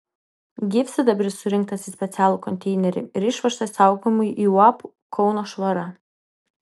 gyvsidabris surinktas į specialų konteinerį ir išvežtas saugojimui į uab kauno švara